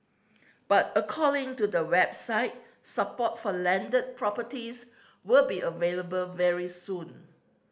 but according to the website support for landed properties will be available very soon